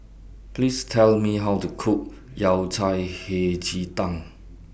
Please Tell Me How to Cook Yao Cai Hei Ji Tang